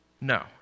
No